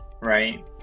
right